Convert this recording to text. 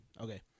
Okay